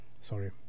sorry